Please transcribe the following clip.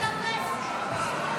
את